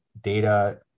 data